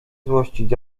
złościć